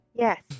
Yes